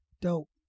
Dope